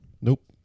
nope